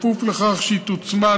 בכפוף לכך שהיא תוצמד,